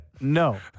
No